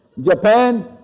Japan